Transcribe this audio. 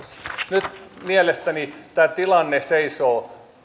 nyt mielestäni tämä tilanne seisoo